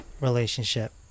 relationship